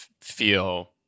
feel